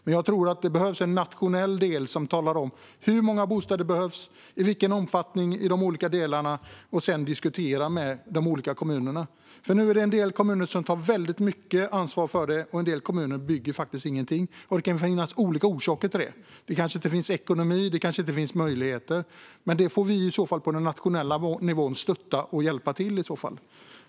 Men jag tror att det behövs en nationell del som talar om hur många bostäder som behövs och i vilken omfattning det behöver byggas i de olika delarna och sedan diskuterar med de olika kommunerna. Nu är det en del kommuner som tar väldigt mycket ansvar och en del kommuner som inte bygger någonting. Det kan finnas olika orsaker till det. Det kanske inte finns god ekonomi; det kanske inte finns möjligheter. I så fall får vi på den nationella nivån stötta och hjälpa till.